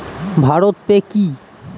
Bharat pay কি?